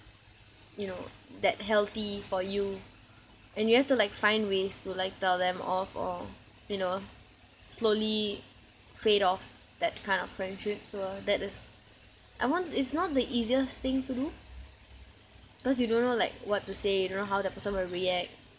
you know that healthy for you and you have to like find ways to like tell them off or you know slowly fade off that kind of friendship so that is I want it's not the easiest thing to do cause you don't know like what to say you don't know how that person will react